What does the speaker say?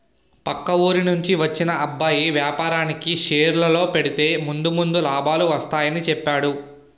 పక్క ఊరి నుండి వచ్చిన అబ్బాయి వేపారానికి షేర్లలో పెడితే ముందు ముందు లాభాలు వస్తాయని చెప్పేడు